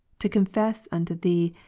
to confess unto thee,